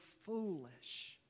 foolish